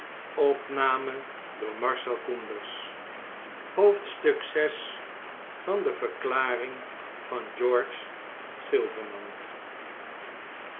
van wat wbmmmsmm de verklaring van george silverman